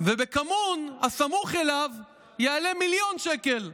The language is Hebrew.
ובכמון הסמוך אליו הוא יעלה מיליון שקל.